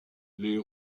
les